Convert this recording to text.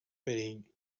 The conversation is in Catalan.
perill